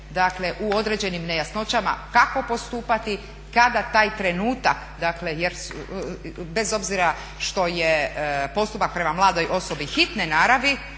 dakle u određenim nejasnoćama kako postupati, kada taj trenutak, dakle jer, bez obzira što je postupak prema mladoj osobi hitne naravi,